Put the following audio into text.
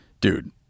dude